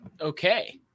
okay